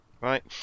right